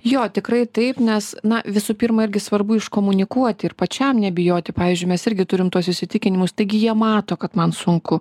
jo tikrai taip nes na visų pirma irgi svarbu iškomunikuoti ir pačiam nebijoti pavyzdžiui mes irgi turim tuos įsitikinimus taigi jie mato kad man sunku